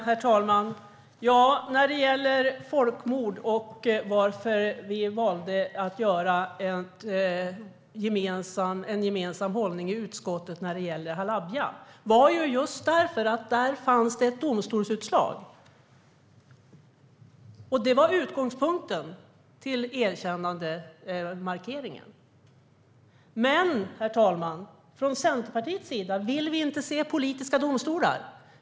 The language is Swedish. Herr talman! När det gäller folkmord och varför vi i utskottet valde att ha en gemensam hållning efter händelsen i Halabja berodde det på att det fanns det ett domstolsutslag i det fallet. Det var utgångspunkten för vår erkännandemarkering. Herr talman! Vi i Centerpartiet vill inte se politiska domstolar.